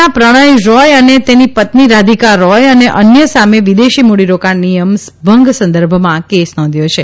ના પ્રણય રોય અને તેની પત્ની રાધિકા રોય અને અન્ય સામે વિદેશી મૂડીરોકાણ નિયમ ભંગ સંદર્ભમાં કેસ નોંધ્યો છે